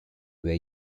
were